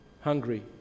hungry